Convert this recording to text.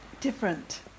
different